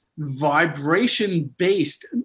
vibration-based